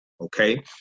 okay